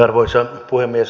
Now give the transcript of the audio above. arvoisa puhemies